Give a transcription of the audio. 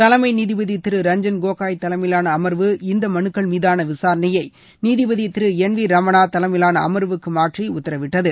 தலைமை நீதிபதி திரு ரஞ்சன் கோகாய் தலைமையிலாள அமர்வு இந்த மலுக்கள் மீதான விசாரணையை நீதிபதி திரு என் வி ரமணா தலைமையிலான அமர்வுக்கு மாற்றி உத்தரவிட்டது